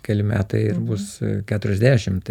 keli metai ir bus keturiasdešim